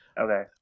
okay